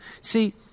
See